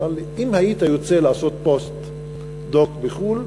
אמר לי: אם היית יוצא לעשות פוסט-דוק בחו"ל,